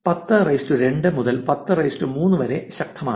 ഇത് ഏകദേശം 102 മുതൽ 103 വരെ ശക്തമാണ്